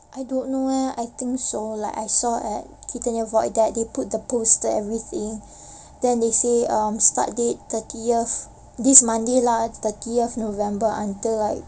I don't know eh I think so like I saw at kita punya void deck they put the poster everything then they say um start date thirtieth this monday lah thirtieth november until like